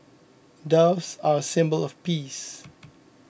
doves are a symbol of peace